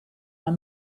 are